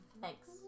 Thanks